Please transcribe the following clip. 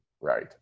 right